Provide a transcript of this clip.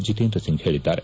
ಜಿತೇಂದ್ರ ಸಿಂಗ್ ಹೇಳಿದ್ದಾರೆ